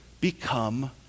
become